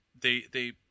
they—they